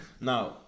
Now